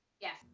Yes